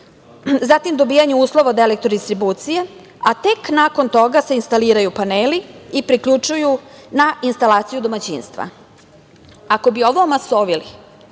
zatim dobijanje uslova od Elektrodistribucije, a tek nakon toga se instaliraju paneli i priključuju na instalaciju domaćinstva. Ako bi ovo omasovili,